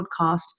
podcast